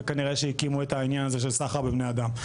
אז הקימו את העניין הזה של סחר בבני אדם,